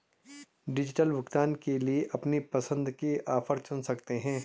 digital भुगतान के लिए अपनी पसंद के ऑफर चुन सकते है